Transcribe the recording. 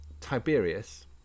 Tiberius